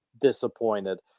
disappointed